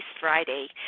Friday